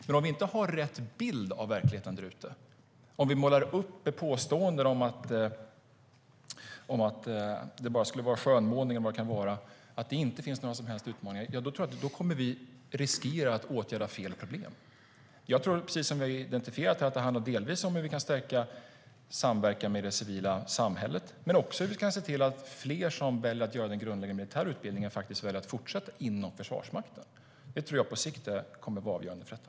Men om vi inte har rätt bild av verkligheten där ute, om vi påstår att det bara skulle vara skönmålning eller vad det kan vara och att det inte finns några som helst utmaningar, då tror jag att vi kommer att riskera att åtgärda fel problem. Jag tror, precis som vi har identifierat här, att det delvis handlar om hur vi kan stärka samverkan med det civila samhället och hur vi kan se till att fler som väljer att göra den grundläggande militära utbildningen faktiskt väljer att fortsätta inom Försvarsmakten. Det tror jag på sikt kommer att vara avgörande för detta.